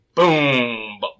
Boom